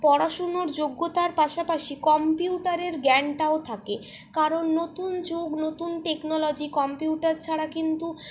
পড়াশুনোর যোগ্যতার পাশাপাশি কম্পিউটারের জ্ঞানটাও থাকে কারণ নতুন যুগ নতুন টেকনোলজি কম্পিউটার ছাড়া কিন্তু